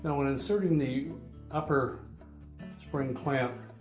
when inserting the upper spring clamp,